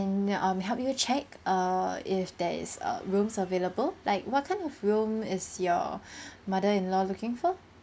and um help you check err if there is a rooms available like what kind of room is your mother-in-law looking for